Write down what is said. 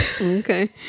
okay